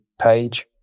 page